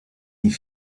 die